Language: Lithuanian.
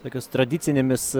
tokios tradicinėmis